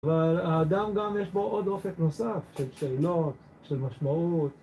אבל האדם גם יש בו עוד אופק נוסף של שאלות, של משמעות